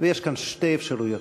ויש כאן שתי אפשרויות: